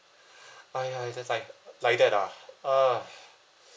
[ai] that's like like that ah uh